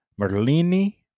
Merlini